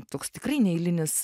toks tikrai neeilinis